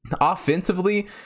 offensively